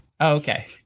Okay